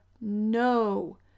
no